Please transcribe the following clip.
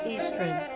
Eastern